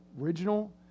original